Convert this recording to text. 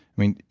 i mean,